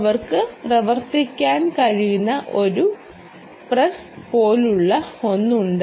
അവൾക്ക് പ്രവർത്തിക്കാൻ കഴിയുന്ന ഒരു പ്രസ്സ് പോലെയുള്ള ഒന്ന് ഉണ്ട്